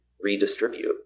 redistribute